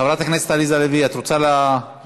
חברת הכנסת עליזה לביא, את רוצה לסכם?